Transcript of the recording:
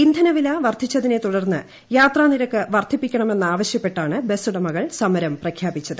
ഇന്ധനവില വർദ്ധിച്ചതിനെ തുടർന്ന് യാത്രാനിരക്ക് വർധിപ്പിക്കണമെന്നാവശ്യപ്പെട്ടാണ് ബസുടമകൾ സമരം പ്രഖ്യാപിച്ചത്